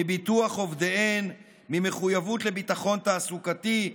מביטוח עובדיהן, ממחויבות לביטחון תעסוקתי,